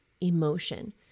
emotion